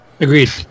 Agreed